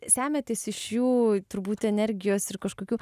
semiatės iš jų turbūt energijos ir kažkokių